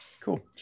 cool